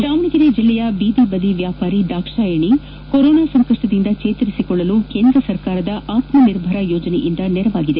ದಾವಣಗೆರೆ ಜೆಲ್ಲೆಯ ಬೀದಿಬದಿ ವ್ಯಾಪಾರಿ ದಾಕ್ಷಾಯಿಣಿ ಕೊರೋನಾ ಸಂಕಷ್ಷದಿಂದ ಚೇತರಿಸಿಕೊಳ್ಳಲು ಕೇಂದ್ರ ಸರ್ಕಾರದ ಆತ್ನಾ ನಿರ್ಭರ ಯೋಜನೆಯಿಂದ ನೆರವಾಗಿದೆ